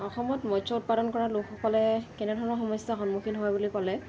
অসমত মৎস্য উৎপাদন কৰা লোকসকলে কেনেধৰণৰ সমস্যাৰ সন্মুখীন হয় বুলি ক'লে